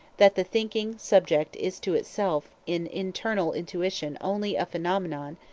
that the thinking subject is to itself in internal intuition only a phenomenon,